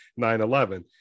9-11